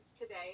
today